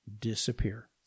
disappear